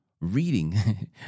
reading